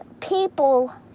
people